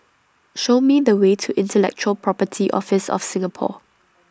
Show Me The Way to Intellectual Property Office of Singapore